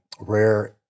rare